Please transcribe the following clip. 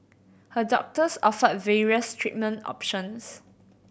her doctors offered various treatment options